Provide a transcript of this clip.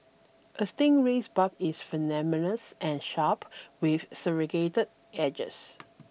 a stingray's barb is venomous and sharp with serragated edges